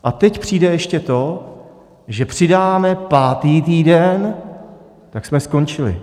A teď přijde ještě to, že přidáme pátý týden, tak jsme skončili.